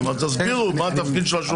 וביום הזה את צריכה לעשות כך,